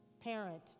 parent